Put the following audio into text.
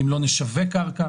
אם לא נשווק קרקע,